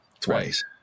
Twice